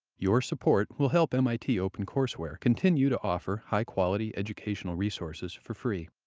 your support will help mit opencourseware continue to offer high-quality educational resources for free.